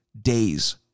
days